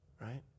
right